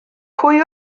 pwy